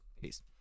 peace